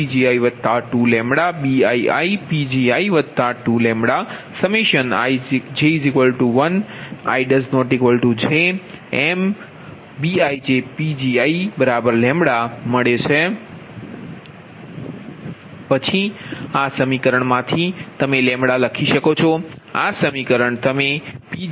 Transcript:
પછી આ સમીકરણમાંથી તમે લખી શકો છો આ સમીકરણ તમે Pgiλ bi 2λj1j≠imBijPgj2diλBiiલખી શકો છો